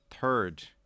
third